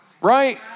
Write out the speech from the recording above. right